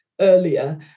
earlier